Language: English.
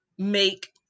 make